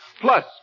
plus